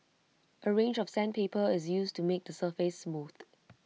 A range of sandpaper is used to make the surface smooth